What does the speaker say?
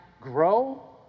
Grow